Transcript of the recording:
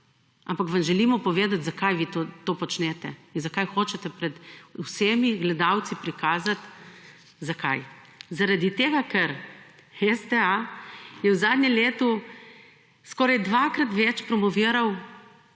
Ampak vam želimo povedati zakaj vi to počnete in zakaj hočete pred vsemi gledalci prikazati zakaj. Zaradi tega, ker STA je v zadnjem letu skoraj dvakrat več promoviral